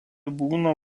būna